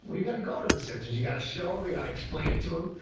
you gotta go to the censors, you gotta show em, you gotta explain it to em.